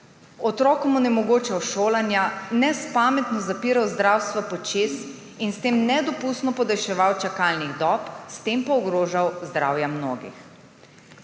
otrokom onemogočal šolanja, nespametno zapiral zdravstva počez in s tem nedopustno podaljševal čakalnih dob, s tem pa ogrožal zdravja mnogih.